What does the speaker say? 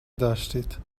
داشتید